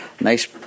nice